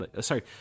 Sorry